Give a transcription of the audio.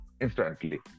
instantly